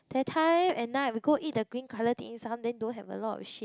that time and now we go eat the green colour dim sum then don't have a lot of shit